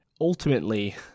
ultimately